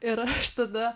ir aš tada